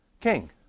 king